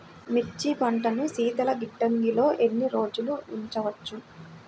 మిర్చి పంటను శీతల గిడ్డంగిలో ఎన్ని రోజులు ఉంచవచ్చు?